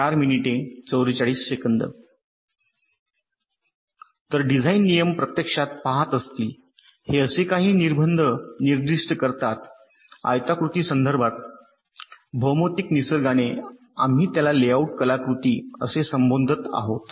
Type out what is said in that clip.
तर डिझाइन नियम प्रत्यक्षात पहात असतील हे असे काही निर्बंध निर्दिष्ट करतात आयताकृती संदर्भात भौमितिक निसर्गाने आम्ही त्याला येथे लेआउट कलाकृती असे संबोधत आहोत